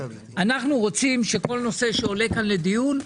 אנחנו רוצים שכל נושא שעולה כאן לדיון,